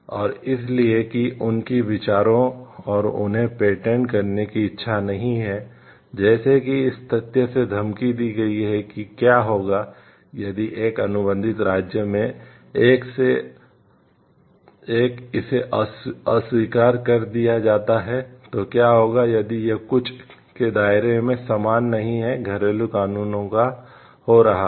और इसलिए कि उनके विचारों और उन्हें पेटेंट करने की इच्छा नहीं है जैसे कि इस तथ्य से धमकी दी गई है कि क्या होगा यदि एक अनुबंधित राज्य में एक इसे अस्वीकार कर दिया जाता है तो क्या होगा यदि यह कुछ के दायरे के समान नहीं है घरेलू कानूनों का हो रहा है